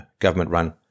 government-run